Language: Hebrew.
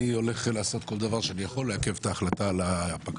אני הולך לעשות כל דבר שאני יכול לעכב את ההחלטה על הפגרה.